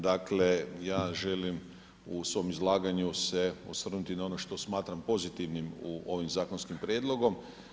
Dakle, ja želim u svom izlaganju se osvrnuti na ono što smatram pozitivnim u ovim zakonskim prijedlogom.